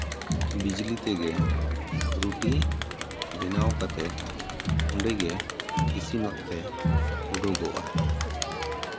ᱵᱤᱡᱽᱞᱤ ᱛᱮᱜᱮ ᱨᱩᱴᱤ ᱵᱮᱱᱟᱣ ᱠᱟᱛᱮᱫ ᱚᱸᱰᱮᱜᱮ ᱤᱥᱤᱱᱚᱜ ᱛᱮ ᱩᱰᱩᱜᱚᱜᱼᱟ